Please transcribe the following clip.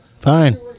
fine